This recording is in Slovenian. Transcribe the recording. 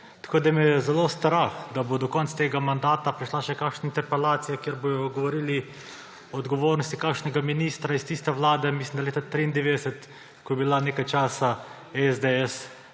Tako me je zelo strah, da bo do konca tega mandata prišla še kakšna interpelacija, kjer bojo govorili o odgovornosti kakšnega ministra iz tiste vlade, mislim da leta 1993, ko je bila nekaj časa SDS